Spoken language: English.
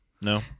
No